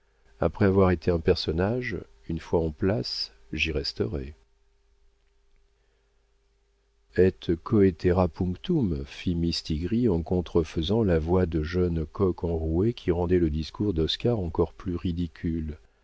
après avoir été un personnage une fois en place j'y resterai et cætera punctum fit mistigris en contrefaisant la voix de jeune coq enroué qui rendait le discours d'oscar encore plus